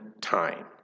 time